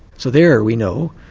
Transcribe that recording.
so there we know,